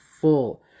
full